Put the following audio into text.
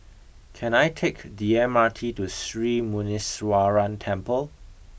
can I take the M R T to Sri Muneeswaran Temple